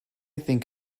think